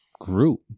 group